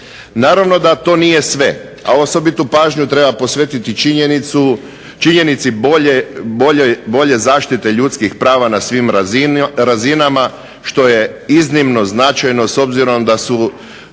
Naravno da to nije sve, a osobitu pažnju treba posvetiti činjenici bolje zaštite ljudskih prava na svim razinama što je iznimno značajno s obzirom da su